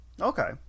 Okay